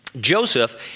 Joseph